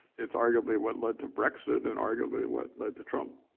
it's arguably what lead to brexit and arguably what led to trump.